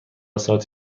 ساعت